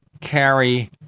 carry